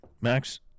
max